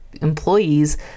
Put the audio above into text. employees